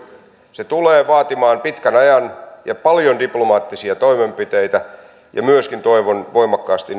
se tulee vaatimaan pitkän ajan ja paljon diplomaattisia toimenpiteitä ja myöskin toivon voimakkaasti